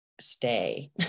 stay